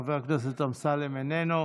חבר הכנסת אמסלם, איננו.